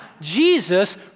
Jesus